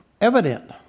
evident